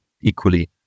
equally